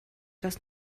das